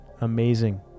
amazing